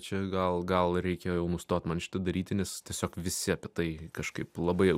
čia gal gal reikia jau nustot man šitą daryti nes tiesiog visi apie tai kažkaip labai jau